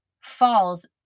falls